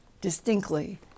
distinctly